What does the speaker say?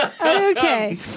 okay